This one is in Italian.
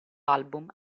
album